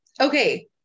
Okay